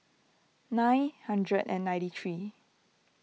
nine hundred and ninety three